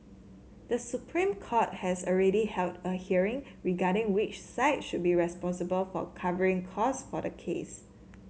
the Supreme Court has already held a hearing regarding which side should be responsible for covering costs for the case